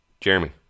Jeremy